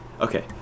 Okay